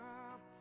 up